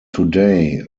today